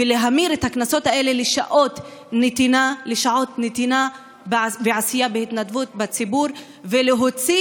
להמיר את הקנסות האלה לשעות נתינה ועשייה בהתנדבות בציבור ולהוציא